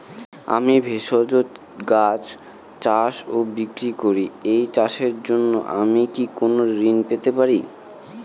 আমি ভেষজ গাছ চাষ ও বিক্রয় করি এই চাষের জন্য আমি কি কোন ঋণ পেতে পারি?